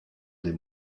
des